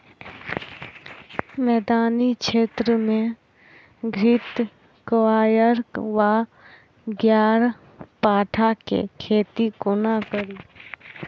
मैदानी क्षेत्र मे घृतक्वाइर वा ग्यारपाठा केँ खेती कोना कड़ी?